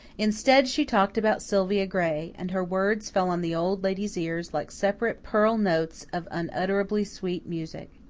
instead, she talked about sylvia gray, and her words fell on the old lady's ears like separate pearl notes of unutterably sweet music.